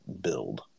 build